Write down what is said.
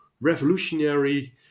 revolutionary